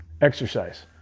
Exercise